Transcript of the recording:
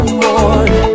more